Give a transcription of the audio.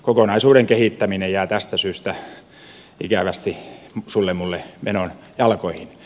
kokonaisuuden kehittäminen jää tästä syystä ikävästi sullemulle menon jalkoihin